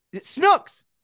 Snooks